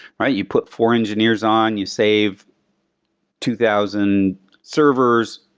right? you put four engineers on, you save two thousand servers.